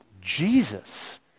Jesus